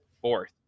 fourth